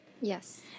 Yes